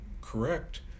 correct